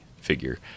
figure